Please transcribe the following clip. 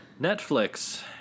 Netflix